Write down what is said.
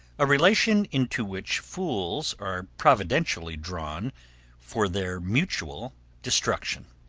a relation into which fools are providentially drawn for their mutual destruction.